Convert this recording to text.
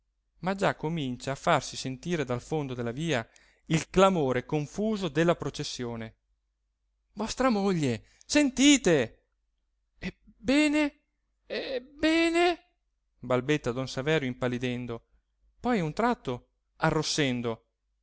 ma già comincia a farsi sentire dal fondo della via il clamore confuso della processione vostra moglie sentite ebbene ebbene balbetta don saverio impallidendo poi a un tratto arrossendo